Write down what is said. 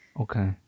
okay